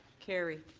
carried.